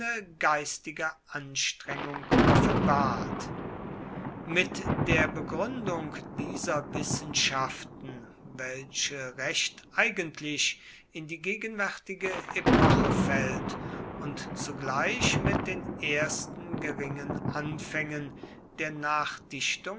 geistige anstrengung offenbart mit der begründung dieser wissenschaften welche recht eigentlich in die gegenwärtige epoche fällt und zugleich mit den ersten geringen anfängen der